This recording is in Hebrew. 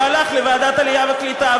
והלך לוועדת העלייה והקליטה,